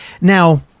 Now